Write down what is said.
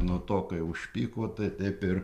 nuo to kai užpyko tai taip ir